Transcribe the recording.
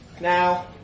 Now